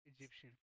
Egyptian